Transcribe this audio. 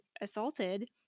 assaulted